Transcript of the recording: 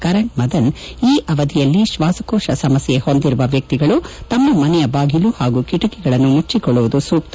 ಕರಣ್ ಮದನ್ ಈ ಅವಧಿಯಲ್ಲಿ ಶ್ವಾಸಕೋಶ ಸಮಸ್ಯೆ ಹೊಂದಿರುವ ವ್ಯಕ್ತಿಗಳು ತಮ್ಮ ಮನೆಯ ಬಾಗಿಲು ಹಾಗೂ ಕಿಟಕಿಗಳನ್ನು ಮುಚ್ಚಿಕೊಳ್ಳುವುದು ಸೂಕ್ತ